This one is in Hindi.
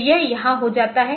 तो यह यहाँ हो जाता है